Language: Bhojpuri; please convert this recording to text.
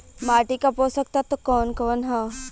माटी क पोषक तत्व कवन कवन ह?